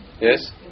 Yes